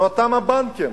מאותם הבנקים.